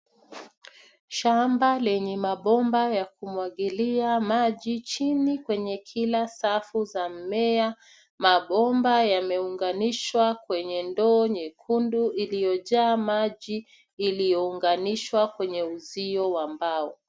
Shamba lenye mabomba ya kumwagilia maji chini kwenye kila safu za mmea. Mabomba yameunganishwa kwenye ndoo nyekundu iliyojaa maji iliyounganishwa kwenye uzio wa mbao.